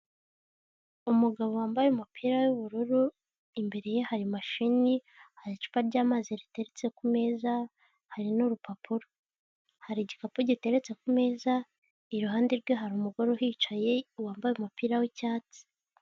Umugabo wambaye umupira w'ubururu imbere ye hari imashini, hari icupa ry'amazi riteritse ku meza hari n'urupapuro. Hari igikapu giteretse ku meza iruhande rwe. Hari umugore uhicaye wambaye umupira wicyatsi.